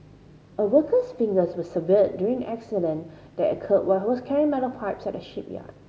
a worker's fingers were severed during an incident that occurred while he was carrying metal pipes at a shipyard